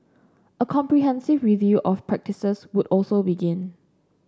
a comprehensive review of practices would also begin